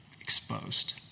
exposed